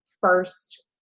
first